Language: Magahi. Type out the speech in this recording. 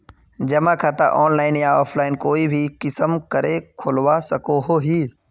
जमा खाता ऑनलाइन या ऑफलाइन कोई भी किसम करे खोलवा सकोहो ही?